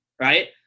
Right